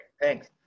Thanks